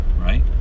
right